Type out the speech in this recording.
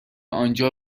آنجا